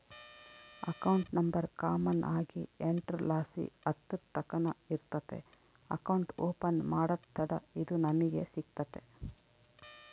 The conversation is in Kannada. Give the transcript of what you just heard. ಅಕೌಂಟ್ ನಂಬರ್ ಕಾಮನ್ ಆಗಿ ಎಂಟುರ್ಲಾಸಿ ಹತ್ತುರ್ತಕನ ಇರ್ತತೆ ಅಕೌಂಟ್ ಓಪನ್ ಮಾಡತ್ತಡ ಇದು ನಮಿಗೆ ಸಿಗ್ತತೆ